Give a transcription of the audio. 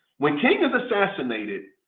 when king is assassinated,